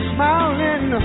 Smiling